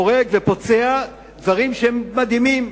הורג ופוצע דברים שהם מדהימים.